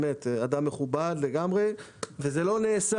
באמת אדם מכובד לגמרי וזה לא נעשה.